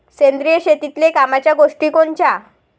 सेंद्रिय शेतीतले कामाच्या गोष्टी कोनच्या?